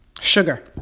Sugar